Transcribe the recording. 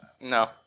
no